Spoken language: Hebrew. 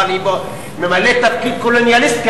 אבל היא ממלאת תפקיד קולוניאליסטי,